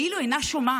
כאילו אינה שומעת,